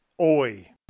oi